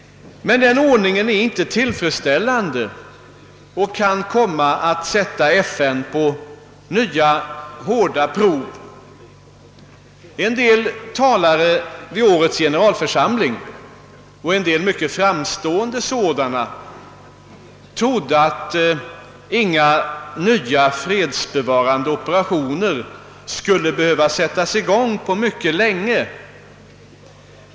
Men den ordningen är inte tillfredsställande och kan komma att sätta FN på nya hårda prov. En del talare vid årets generalförsamling — en del mycket framstående sådana — trodde att inga fredsbevarande operationer skulle behöva sättas i gång på mycket länge.